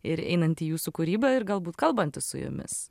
ir einant į jūsų kūryba ir galbūt kalbantis su jumis